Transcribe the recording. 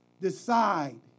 Decide